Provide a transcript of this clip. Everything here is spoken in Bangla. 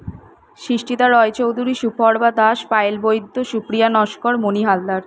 সিষ্ঠিতা রায়চৌধুরী সুপর্বা দাস পায়েল বৈদ্য সুপ্রিয়া নস্কর মনি হালদার